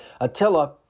Attila